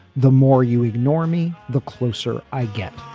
the more you ignore me the closer i get.